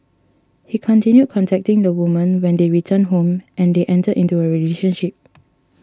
he continued contacting the woman when they returned home and they entered into a relationship